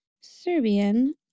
Serbian